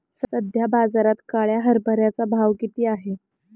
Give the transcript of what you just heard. सध्या बाजारात काळ्या हरभऱ्याचा भाव किती आहे?